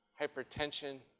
hypertension